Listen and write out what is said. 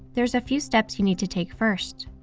there's few steps you need to take first.